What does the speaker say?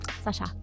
Sasha